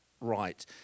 right